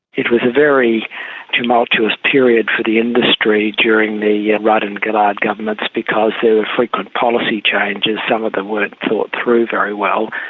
it was a very tumultuous period for the industry during the yeah rudd and gillard governments because there frequent policy changes. some of them weren't thought through very well.